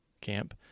camp